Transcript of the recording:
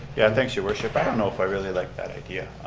yeah, thanks, your worship. i don't know if i really like that idea.